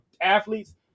Athletes